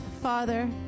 Father